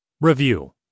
Review